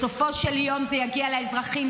בסופו של יום זה יגיע לאזרחים,